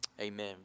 Amen